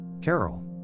Carol